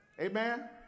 Amen